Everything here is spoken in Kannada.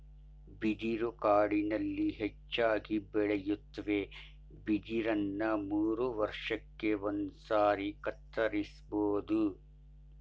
ಬಿದಿರು ಕಾಡಿನಲ್ಲಿ ಹೆಚ್ಚಾಗಿ ಬೆಳೆಯುತ್ವೆ ಬಿದಿರನ್ನ ಮೂರುವರ್ಷಕ್ಕೆ ಒಂದ್ಸಾರಿ ಕತ್ತರಿಸ್ಬೋದು